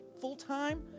Full-time